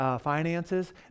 finances